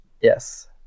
yes